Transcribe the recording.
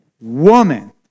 woman